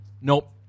Nope